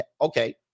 okay